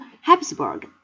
habsburg